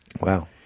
Wow